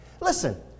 Listen